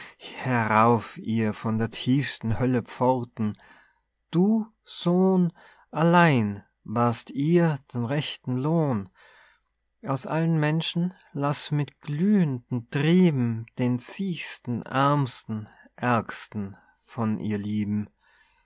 herauf ihr von der tiefsten hölle pforten du sohn allein wahrst ihr den rechten lohn aus allen menschen laß mit glüh'nden trieben den siechsten aermsten aergsten von ihr lieben